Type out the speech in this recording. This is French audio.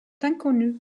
inconnues